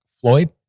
Floyd